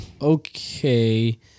Okay